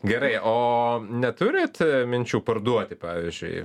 gerai o neturit minčių parduoti pavyzdžiui